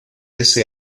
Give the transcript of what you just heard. ese